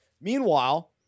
Meanwhile